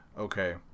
Okay